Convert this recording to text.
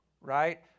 Right